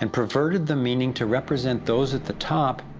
and perverted the meaning to represent those at the top,